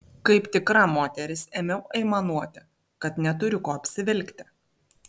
kaip tikra moteris ėmiau aimanuoti kad neturiu ko apsivilkti